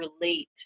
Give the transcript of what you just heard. relate